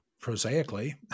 prosaically